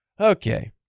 Okay